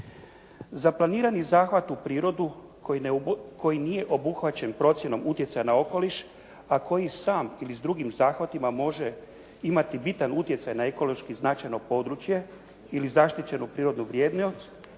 Za planirani zahvat u prirodu koji nije obuhvaćen procjenom utjecaja na okoliš, a koji sam ili s drugim zahvatima može imati bitan utjecaj na ekološki značajno područje ili zaštićenu prirodnu vrijednost